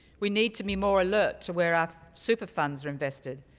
we need to be more alert to where our super-funds are invested.